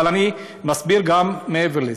אבל אני מסביר גם מעבר לזה.